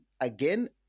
again